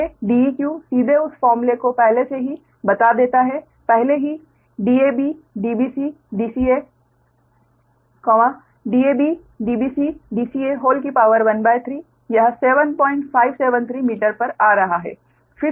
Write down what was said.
इसलिए Deq सीधे उस फॉर्मूले को पहले से ही बता देता है पहले ही Dab Dbc Dca 13 यह 7573 मीटर पर आ रहा है